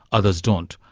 others don't.